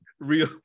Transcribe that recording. Real